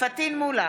פטין מולא,